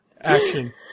action